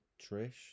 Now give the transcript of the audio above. Trish